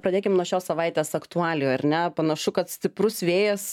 pradėkim nuo šios savaitės aktualijų ar ne panašu kad stiprus vėjas